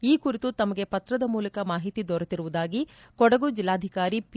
ಈ ಕುರಿತು ತಮ್ಮಗೆ ಪತ್ರದ ಮೂಲಕ ಮಾಹಿತಿ ದೊರೆತಿರುವುದಾಗಿ ಕೊಡಗು ಜಿಲ್ಡಾಧಿಕಾರಿ ಪಿ